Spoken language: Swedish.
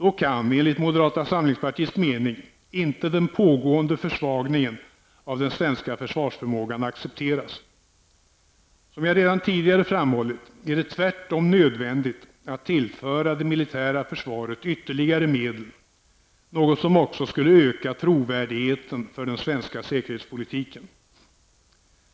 Då kan enligt moderata samlingspartiets mening inte den pågående försvagningen av den svenska försvarsförmågan accepteras. Som jag redan tidigare framhållit är det tvärtom nödvändigt att tillföra det militära försvaret ytterligare medel, något som också skulle öka trovärdigheten för den svenska säkerhetspolitiken.